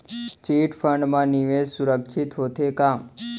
Chit fund मा निवेश सुरक्षित होथे का?